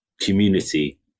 community